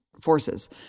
forces